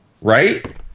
Right